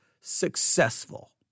successful